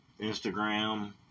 Instagram